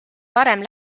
varem